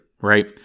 right